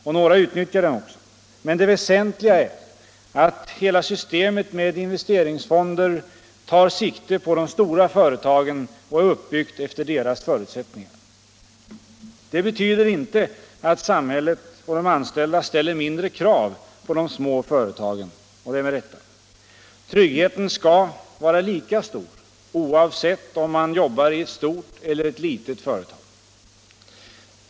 Och några utnyttjar den också. Men det väsentliga är att hela systemet med investeringsfonder tar sikte på de stora företagen och är uppbyggt efter deras förutsättningar. Det betyder inte att samhället och de anställda ställer mindre krav på de små företagen — och det med rätta. Tryggheten skall vara lika: stor oavsett om man jobbar i ett stort eller ett litet företag.